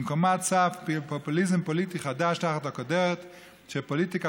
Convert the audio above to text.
במקומה צף פופוליזם פוליטי חדש תחת הכותרת של פוליטיקה